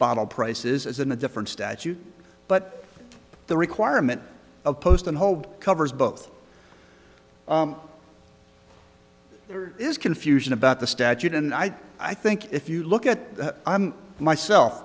bottle prices is in a different statute but the requirement of post and hold covers both there is confusion about the statute and i i think if you look at i'm myself